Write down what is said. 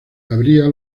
abría